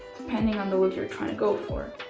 depending on the look you're trying to go for.